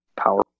power